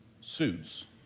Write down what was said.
suits